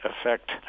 affect